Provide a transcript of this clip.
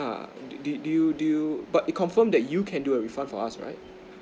do do you do you but you confirm that you can do a refund for us right